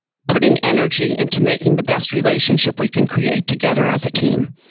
putting energy into making the best relationship we can create together as a team.